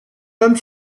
homme